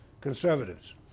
conservatives